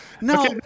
no